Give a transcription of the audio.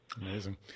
Amazing